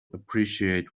appreciate